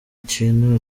kintu